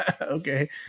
okay